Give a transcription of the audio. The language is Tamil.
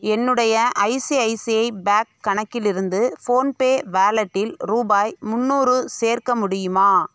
என்னுடைய ஐசிஐசிஐ பேக் கணக்கிலிருந்து ஃபோன்பே வாலெட்டில் ரூபாய் முந்நூறு சேர்க்க முடியுமா